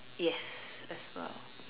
yes as well